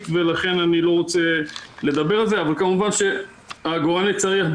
ולכן אני לא רוצה לדבר על זה אבל כמובן שעגורני הצריח,